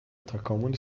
تکامل